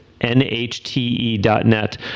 nhte.net